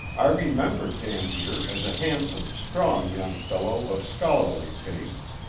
i remembered dampier as a handsome, strong young fellow of scholarly tastes,